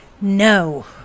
No